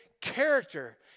character